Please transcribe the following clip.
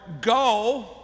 go